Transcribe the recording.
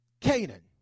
Canaan